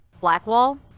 blackwall